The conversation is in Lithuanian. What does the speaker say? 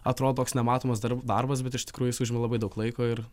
atrodo toks nematomas dar darbas bet iš tikrųjų jis užima labai daug laiko ir